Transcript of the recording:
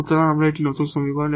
সুতরাং এটি এখন একটি নতুন সমীকরণ